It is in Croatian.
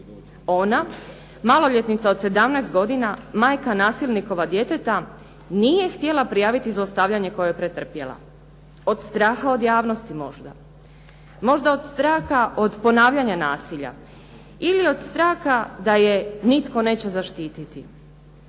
Ona maloljetnica od 17 godina majka nasilnikova djeteta nije htjela prijaviti zlostavljanje koje je pretrpjela, od straha od javnosti možda. Možda od straha od ponavljanja nasilja ili od straha da je nitko neće zaštiti.